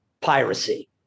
piracy